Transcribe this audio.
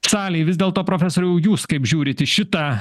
salėj vis dėlto profesoriau jūs kaip žiūrit į šitą